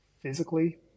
physically